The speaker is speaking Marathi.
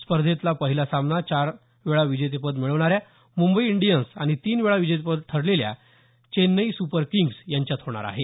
स्पर्धेतला पहिला सामना चार वेळा विजेतेपद मिळवणाऱ्या मुंबई इंडियन्स आणि तीन वेळा विजेतेपद ठरलेल्या चेन्नई सुपर किंग्ज यांच्यात होणार आहे